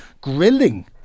grilling